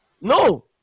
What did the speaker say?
No